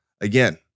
Again